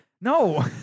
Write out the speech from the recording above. No